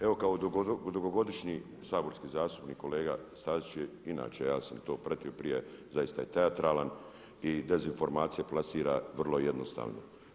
Evo kao dugogodišnji saborski zastupnik, kolega Stazić je inače, ja sam to pratio prije zaista je teatralan i dezinformacije plasira vrlo jednostavno.